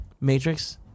Matrix